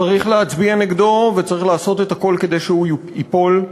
צריך להצביע נגדו וצריך לעשות הכול כדי שהוא ייפול.